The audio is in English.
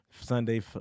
Sunday